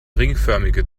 ringförmige